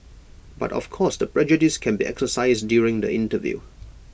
but of course the prejudice can be exercised during the interview